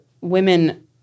women